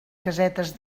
casetes